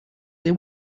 they